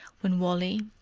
when wally,